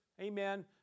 Amen